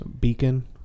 beacon